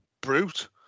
brute